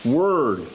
word